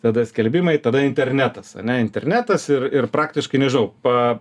tada skelbimai tada internetas ar ne internetas ir ir praktiškai nežinau pa